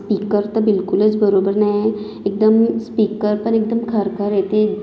speaker तर बिलकुलच बरोबर नाही आहे एकदम स्पीकर पण एकदम खरखर येते